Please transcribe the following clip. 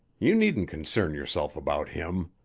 you needn't concern yourself about him.